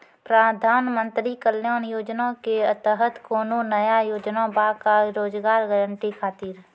प्रधानमंत्री कल्याण योजना के तहत कोनो नया योजना बा का रोजगार गारंटी खातिर?